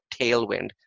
tailwind